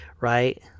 right